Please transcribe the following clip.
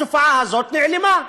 התופעה הזאת נעלמה.